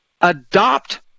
adopt